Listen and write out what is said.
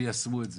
שיישמו את זה.